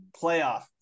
playoff